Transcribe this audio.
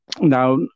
now